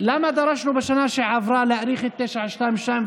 למה דרשנו בשנה שעברה להאריך את 922,